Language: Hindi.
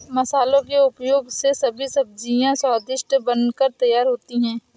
मसालों के उपयोग से सभी सब्जियां स्वादिष्ट बनकर तैयार होती हैं